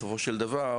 בסופו של דבר,